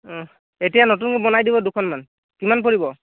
অঁ এতিয়া নতুনকে বনাই দিব দুখনমান কিমান পৰিব